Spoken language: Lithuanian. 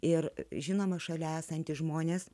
ir žinoma šalia esantys žmonės